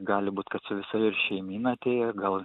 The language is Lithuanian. gali būt kad su visa šeimyna atėjo gal